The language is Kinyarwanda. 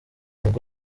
rugo